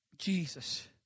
Jesus